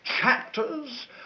chapters